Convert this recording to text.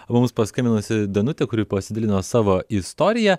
mums paskambinusi danutė kuri pasidalino savo istorija